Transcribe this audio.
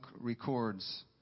records